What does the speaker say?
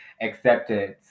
acceptance